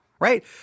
right